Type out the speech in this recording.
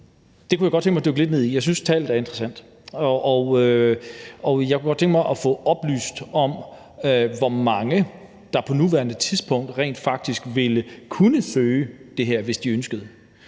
Det kunne jeg godt tænke mig at dykke lidt ned i, jeg synes, tallet er interessant, og jeg kunne godt tænke mig at få oplyst, hvor mange der på nuværende tidspunkt rent faktisk ville kunne søge om det her, hvis de ønskede